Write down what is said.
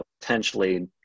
potentially